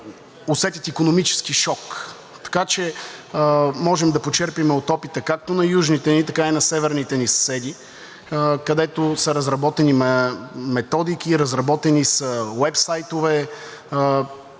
усетят икономически шок. Така че можем да почерпим от опита както на южните, така и на северните ни съседи, където са разработени методики, разработени са уебсайтове,